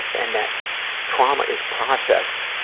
and that trauma is processed,